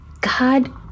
God